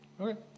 Okay